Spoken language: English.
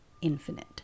infinite